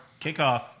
kickoff